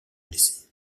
blessée